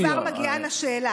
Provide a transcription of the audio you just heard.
אני כבר מגיעה לשאלה.